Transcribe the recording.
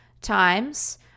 times